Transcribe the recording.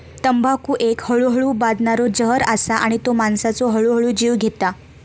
तंबाखू एक हळूहळू बादणारो जहर असा आणि तो माणसाचो हळूहळू जीव घेता